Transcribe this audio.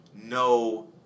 no